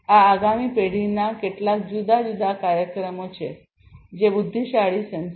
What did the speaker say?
આ આ આગામી પેઢીના કેટલાક જુદા જુદા કાર્યક્રમો છે બુદ્ધિશાળી સેન્સર